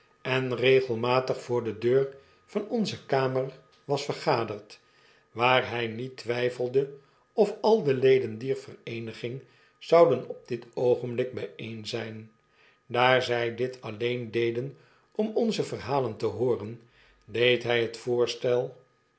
en regelmatig voor de dear van onze kamer was vergaderd waar hij niet twijfelde of al de leden dier vereeniging zouden op dit oogenblik bijeen zijn daar zij dit alleen deden om onze verhalen te hooren deed hij het voorstel